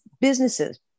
businesses